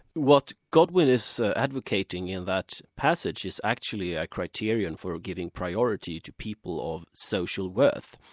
what godwin is advocating in that passage is actually a criterion for giving priority to people of social worth.